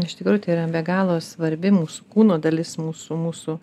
iš tikrųjų tai yra be galo svarbi mūsų kūno dalis mūsų mūsų